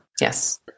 Yes